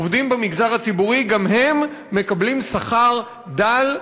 עובדים במגזר הציבורי גם הם מקבלים שכר דל,